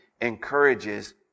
encourages